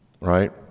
right